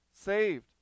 saved